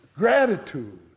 gratitude